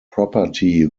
property